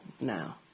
now